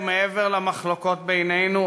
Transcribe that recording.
ומעבר למחלוקות בינינו,